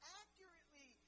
accurately